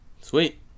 Sweet